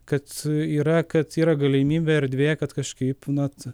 kad yra kad yra galimybė erdvė kad kažkaip nat